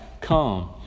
come